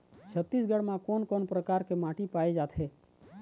छत्तीसगढ़ म कोन कौन प्रकार के माटी पाए जाथे?